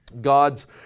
God's